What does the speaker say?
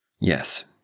Yes